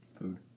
food